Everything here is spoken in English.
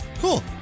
Cool